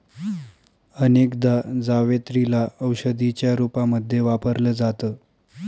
अनेकदा जावेत्री ला औषधीच्या रूपामध्ये वापरल जात